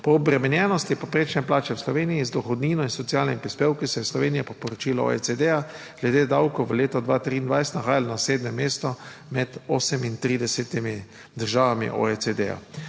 Po obremenjenosti povprečne plače v Sloveniji z dohodnino in socialnimi prispevki se je Slovenija po poročilu OECD glede davkov v letu 2023, nahajalo na sedmem mestu med 38. državami OECD.